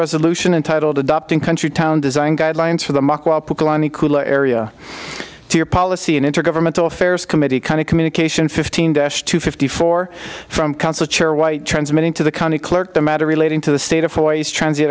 resolution untitled adopting country town design guidelines for the area to your policy and intergovernmental affairs committee kind of communication fifteen dash to fifty four from council chair white transmitting to the county clerk the matter relating to the state of hawaii's transit